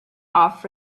off